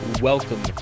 Welcome